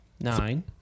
Nine